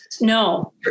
No